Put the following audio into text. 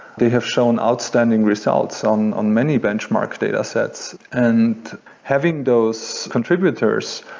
they have shown outstanding results on on many benchmark datasets and having those contributors,